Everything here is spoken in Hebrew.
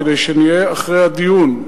כדי שזה יהיה אחרי הדיון?